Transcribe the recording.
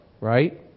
right